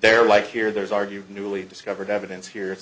they're like here there's argued newly discovered evidence here